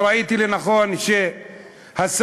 וראיתי לנכון שהשר,